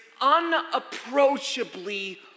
unapproachably